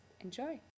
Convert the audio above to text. Enjoy